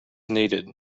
needed